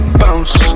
bounce